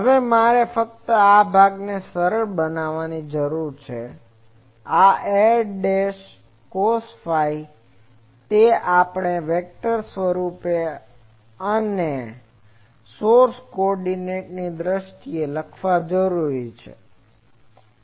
હવે મારે ફક્ત આ ભાગને સરળ બનાવવાની જરૂર છે આ r cos phi તે આપણે વેક્ટર સ્વરૂપે અને સોર્સ કોઓર્ડીનેટ ની દ્રષ્ટિએ લખવા જોઈએ